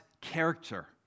character